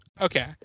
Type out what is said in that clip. Okay